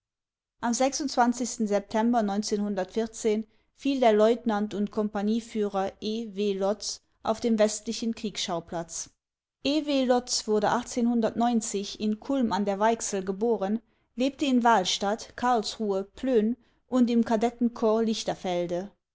am september fiel der leutnant und kompagnieführer e w lotz auf dem westlichen kriegsschauplatz e w lotz wurde in culm a d w geboren lebte in wahlstadt karlsruhe plön und im kadettenkorps lichterfelde